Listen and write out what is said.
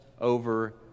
over